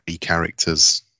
characters